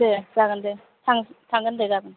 दे जागोन दे थां थांगोन दे गाबोन